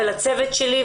ולצוות שלי.